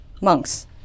monks